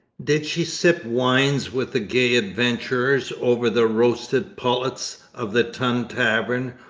did she sip wines with the gay adventurers over the roasted pullets of the tun tavern,